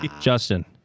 Justin